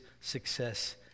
success